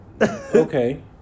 okay